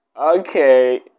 Okay